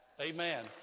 Amen